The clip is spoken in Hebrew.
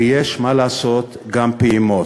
ויש, מה לעשות, גם פעימות.